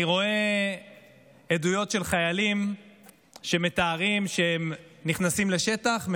אני רואה עדויות של חיילים שמתארים שהם נכנסים לשטח,